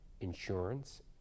insurance